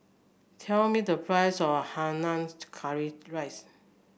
tell me the price of Curry Rice